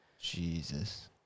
Jesus